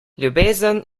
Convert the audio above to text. ljubezen